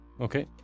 Okay